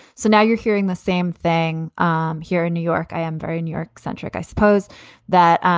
so now you're hearing the same thing um here in new york. i am very new york centric. i suppose that,